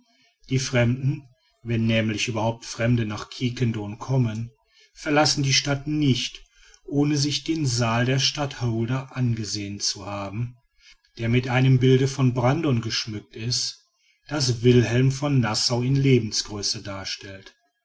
die fremden wenn nämlich überhaupt fremde nach quiquendone kommen verlassen die stadt nicht ohne sich den saal der stadthouder angesehen zu haben der mit einem bilde von brandon geschmückt ist das wilhelm von nassau in lebensgröße darstellt